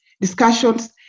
discussions